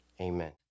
amen